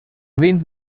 vint